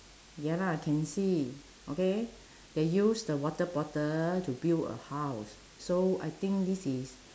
ya lah can see okay they use the water bottle to build a house so I think this is